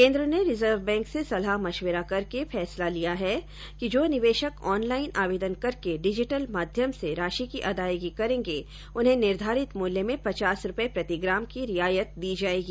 केन्द्र ने Reserve Bank से सलाह मश्विरा करके फैसला किया है कि जो निवेशक ऑनलाइन आवेदन करके डिजिटल माध्यम से राशि की अदायगी करेंगे उन्हें निर्धारित मूल्य में पचास रूपए प्रति ग्राम की रियायत दी जाएगी